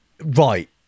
Right